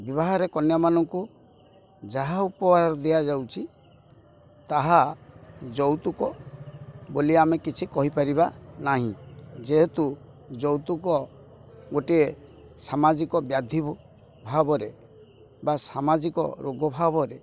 ବିବାହରେ କନ୍ୟାମାନଙ୍କୁ ଯାହା ଉପହାର ଦିଆଯାଉଛି ତାହା ଯୌତୁକ ବୋଲି ଆମେ କିଛି କହିପାରିବା ନାହିଁ ଯେହେତୁ ଯୌତୁକ ଗୋଟିଏ ସାମାଜିକ ବ୍ୟାଧି ଭାବରେ ବା ସାମାଜିକ ରୋଗ ଭାବରେ